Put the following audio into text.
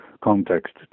context